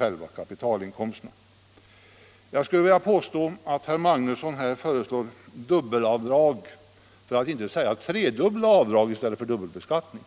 Jag vill påstå att herr Magnusson här föreslår dubbla avdrag för att inte säga trefaldiga avdrag i stället för dubbelbeskattning.